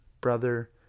brother